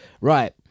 Right